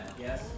Yes